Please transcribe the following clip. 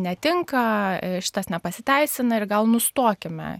netinka šitas nepasiteisina ir gal nustokime